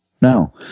No